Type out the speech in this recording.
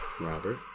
Robert